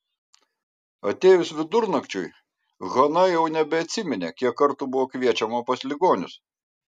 atėjus vidurnakčiui hana jau nebeatsiminė kiek kartų buvo kviečiama pas ligonius